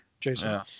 Jason